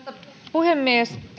puhemies